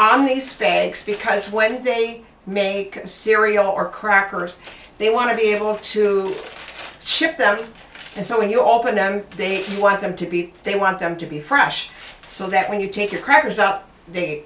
fakes because when they make cereal or crackers they want to be able to ship them and so when you open them they want them to be they want them to be fresh so that when you take your crackers up they